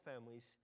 families